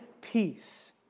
peace